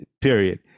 period